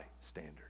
standard